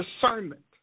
discernment